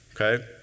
Okay